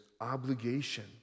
obligation